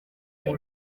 iki